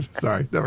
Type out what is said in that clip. Sorry